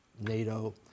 NATO